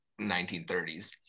1930s